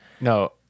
no